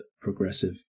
progressive